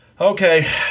Okay